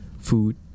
food